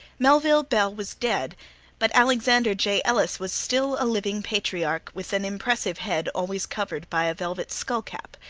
melville bell was dead but alexander j. ellis was still a living patriarch, with an impressive head always covered by a velvet skull cap,